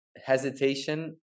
hesitation